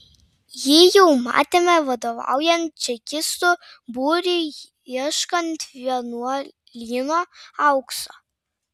jį jau matėme vadovaujant čekistų būriui ieškant vienuolyno aukso